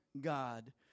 God